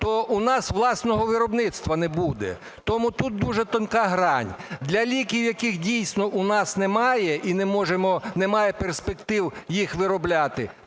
то у нас власного виробництва не буде. Тому тут дуже тонка грань. Для ліків, яких дійсно у нас немає і немає перспектив їх виробляти,